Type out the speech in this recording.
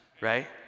right